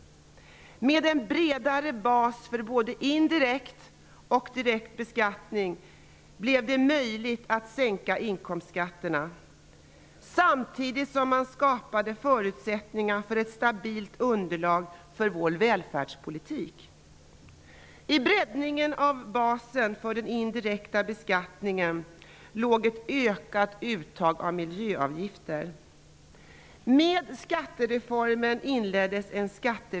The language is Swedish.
Med en bredare bas för både indirekt och direkt beskattning blev det möjligt att sänka inkomstskatterna, samtidigt som man skapade förutsättningar för ett stabilt underlag för vår välfärdspolitik. I breddningen av basen för den indirekta beskattningen låg ett ökat uttag av miljöavgifter.